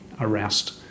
arrest